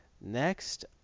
Next